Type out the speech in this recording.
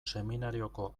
seminarioko